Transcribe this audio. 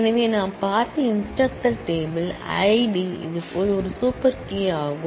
எனவே நாம் பார்த்த இன்ஸ்டிரக்டர் டேபிள் ID இதேபோல் ஒரு சூப்பர் கீ யாகும்